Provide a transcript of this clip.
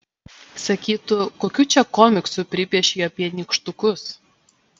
sakytų kokių čia komiksų pripiešei apie nykštukus